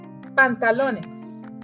pantalones